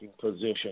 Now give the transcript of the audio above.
Position